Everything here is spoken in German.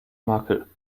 makel